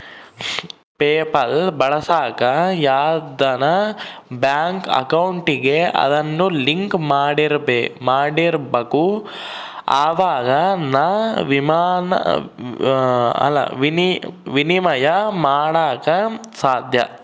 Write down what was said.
PayPal ಬಳಸಾಕ ಯಾವ್ದನ bank ಅಕೌಂಟಿಗೆ ಅದುನ್ನ ಲಿಂಕ್ ಮಾಡಿರ್ಬಕು ಅವಾಗೆ ಃನ ವಿನಿಮಯ ಮಾಡಾಕ ಸಾದ್ಯ